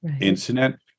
incident